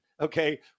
Okay